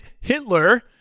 Hitler